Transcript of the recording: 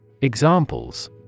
Examples